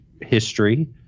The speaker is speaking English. history